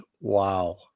wow